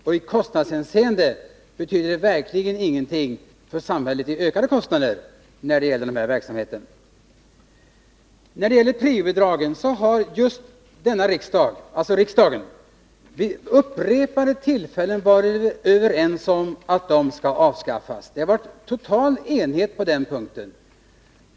Och denna verksamhet betyder verkligen inte några ökade kostnader för samhället. Riksdagen har vid upprepade tillfällen varit överens om att priobidragen skall avskaffas. Det har varit total enighet på den punkten.